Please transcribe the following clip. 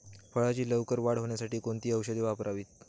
फळाची लवकर वाढ होण्यासाठी कोणती औषधे वापरावीत?